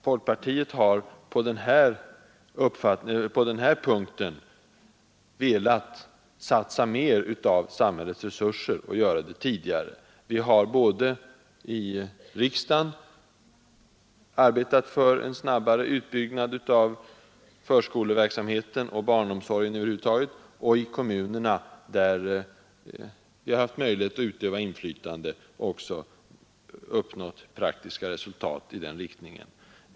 Folkpartiet har på den här punkten velat satsa mer av samhällets resurser och göra det tidigare än som skett. Vi har arbetat för en snabbare utbyggnad av förskolan och barnomsorgen över huvud taget både här i riksdagen och i kommunerna, där vi haft möjlighet att utöva inflytande, och också uppnått praktiska resultat i den riktningen.